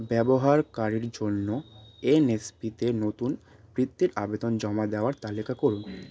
ব্যবহারকারীর জন্য এনএসপিতে নতুন বৃত্তির আবেদন জমা দেওয়ার তালিকা করুন